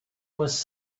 was